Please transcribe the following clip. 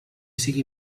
sigui